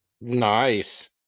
nice